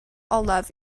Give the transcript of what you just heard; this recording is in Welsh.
olaf